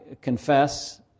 confess